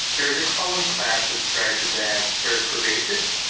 there is a common class at stripe that's very pervasive.